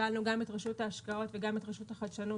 שאלנו גם את רשות ההשקעות וגם את רשות החדשנות,